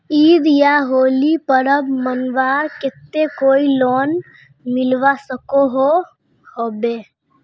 ईद या होली पर्व मनवार केते कोई लोन मिलवा सकोहो होबे?